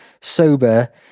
sober